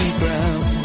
ground